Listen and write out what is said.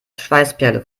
schweißperle